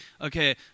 okay